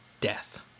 Death